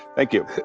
thank you,